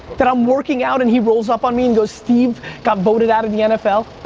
that i'm working out and he rolls up on me and goes, steve got voted out of the nfl.